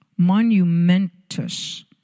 monumentous